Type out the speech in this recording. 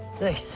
hey.